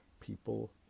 people